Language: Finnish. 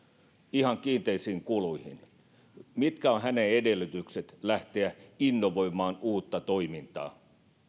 ihan kiinteisiin kuluihin mitkä ovat hänen edellytyksensä lähteä innovoimaan uutta toimintaa